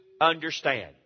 understand